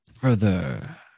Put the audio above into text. further